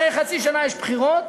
אחרי חצי שנה יש בחירות,